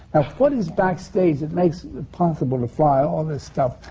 what is backstage that makes it possible to fly all this stuff?